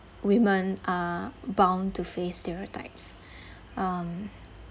women are bound to face stereotypes um